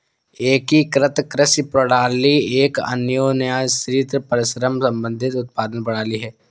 एकीकृत कृषि प्रणाली एक अन्योन्याश्रित, परस्पर संबंधित उत्पादन प्रणाली है